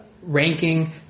ranking